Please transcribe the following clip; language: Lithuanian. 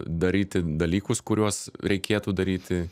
daryti dalykus kuriuos reikėtų daryti